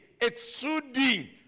exuding